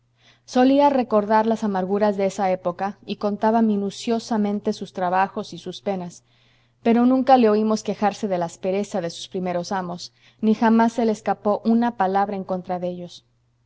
solía recordar las amarguras de esa época y contaba minuciosamente sus trabajos y sus penas pero nunca le oímos quejarse de la aspereza de sus primeros amos ni jamás se le escapó una palabra en contra de ellos